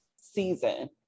season